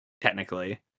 technically